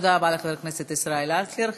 תודה רבה לחבר הכנסת ישראל אייכלר.